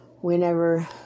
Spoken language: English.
whenever